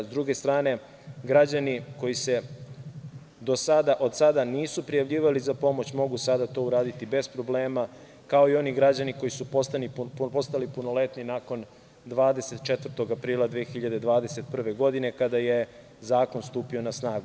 Sa druge strane, građani koji se do sada nisu prijavljivali za pomoć mogu sada to uraditi bez problema, kao i oni građani koji su postali punoletni nakon 24. aprila 2021. godine kada je zakon stupio na snagu.